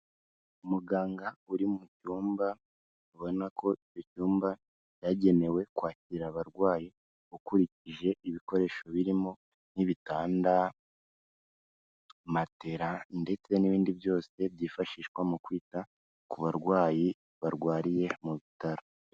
Umuganga uri mu cyumba ubona ko ibyumba byagenewe kwakira abarwayi ukurikije ibikoresho birimo nk'ibitanda, matera ndetse n'ibindi byose byifashishwa mu kwita ku barwayi barwariye mu bitaro.